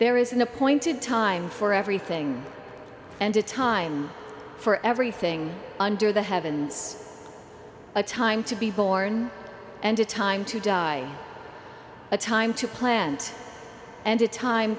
there is an appointed time for everything and a time for everything under the heavens a time to be born and a time to die a time to plant and a time